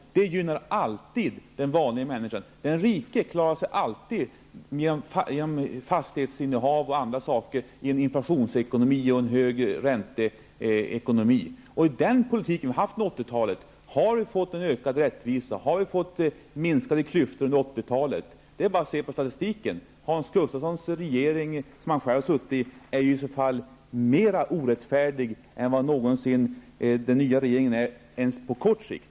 Det gynnar alltid den vanliga människan. Den rike klarar sig alltid genom sina fastighetsinnehav och annat i en inflationsekonomi med hög ränta. Har den politik som förts under 1980-talet gjort att vi fått ökad rättvisa och minskade klyftor i samhället? Nej, det har inte varit fallet. Det är bara att se på statistiken för att konstatera det. Den regering som Hans Gustafsson ingick i var i så fall mer orättfärdig än vad någonsin den nya regeringen är ens på kort sikt.